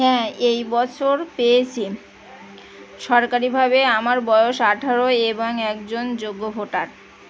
হ্যাঁ এই বছর পেয়েছি সরকারিভাবে আমার বয়স আঠেরো এবং একজন যোগ্য ভোটার